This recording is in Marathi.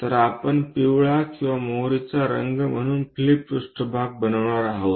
तर आपण पिवळा किंवा मोहरीचा रंग म्हणून फ्लिप पृष्ठभाग बनवणार आहोत